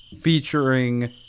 featuring